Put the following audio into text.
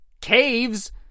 caves